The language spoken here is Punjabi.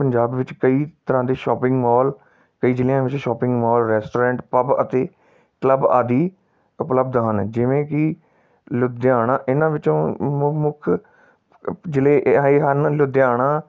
ਪੰਜਾਬ ਵਿੱਚ ਕਈ ਤਰ੍ਹਾਂ ਦੇ ਸ਼ੋਪਿੰਗ ਮਾਲ ਕਈ ਜ਼ਿਲ੍ਹਿਆਂ ਵਿੱਚ ਸ਼ੋਪਿੰਗ ਮਾਲ ਰੈਸਟੋਰੈਂਟ ਪੱਬ ਅਤੇ ਕਲੱਬ ਆਦਿ ਉਪਲਬਧ ਹਨ ਜਿਵੇਂ ਕਿ ਲੁਧਿਆਣਾ ਇਹਨਾਂ ਵਿੱਚੋਂ ਮੁ ਮੁੱਖ ਜ਼ਿਲ੍ਹੇ ਆਏ ਹਨ ਲੁਧਿਆਣਾ